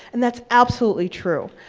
and that's absolutely true.